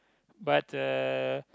but uh